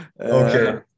okay